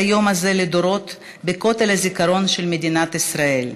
היום הזה לדורות בכותל הזיכרון של מדינת ישראל.